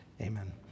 amen